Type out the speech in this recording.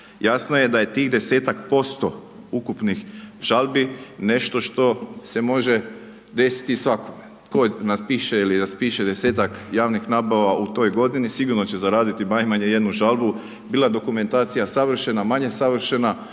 jasno je da je tih 10-tak% ukupnih žalbi nešto što se može desiti svakome tko napiše ili raspiše 10-tak javnih nabava u toj godini, sigurno će zaraditi najmanje jednu žalbu, bila dokumentacija savršena, manje savršena